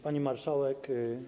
Pani Marszałek!